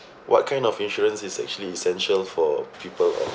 what kind of insurance is actually essential for people